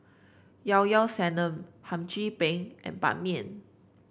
Llao Llao Sanum Hum Chim Peng and Ban Mian